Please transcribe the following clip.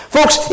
Folks